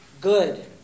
good